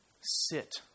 Sit